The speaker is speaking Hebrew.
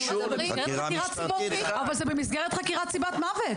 אנחנו מדברים --- אבל זה במסגרת חקירת סיבת מוות,